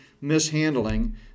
mishandling